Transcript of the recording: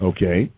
Okay